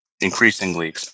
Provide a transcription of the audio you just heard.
increasingly